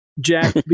Jack